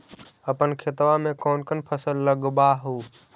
अपन खेतबा मे कौन कौन फसल लगबा हू?